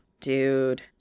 dude